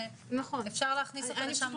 ואפשר להכניס אותו לשם.